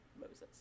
moses